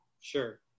Sure